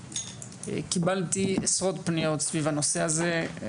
קיבלתי עשרות פניות סביב הנושא הזה,